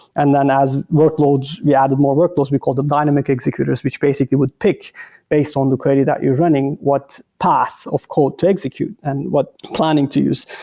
and then as workloads, we added more workloads, we called them dynamic executors, which basically would pick based on the query that you're running what path of code to execute and what planning to use.